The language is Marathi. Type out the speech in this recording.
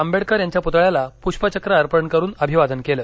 आंबेडकर यांच्या प्तळ्याला पुष्पचक्र अर्पण करुन अभिवादन केलं